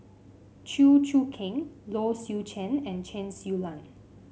Chew Choo Keng Low Swee Chen and Chen Su Lan